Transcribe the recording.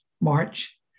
March